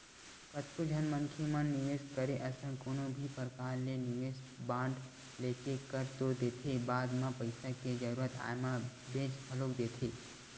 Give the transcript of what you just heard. कतको झन मनखे मन निवेस करे असन कोनो भी परकार ले निवेस बांड लेके कर तो देथे बाद म पइसा के जरुरत आय म बेंच घलोक देथे